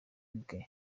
bwe